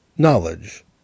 Knowledge